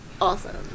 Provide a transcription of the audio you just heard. awesome